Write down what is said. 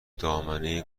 دامنه